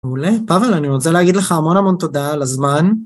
מעולה, פאבל אני רוצה להגיד לך המון המון תודה על הזמן